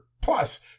plus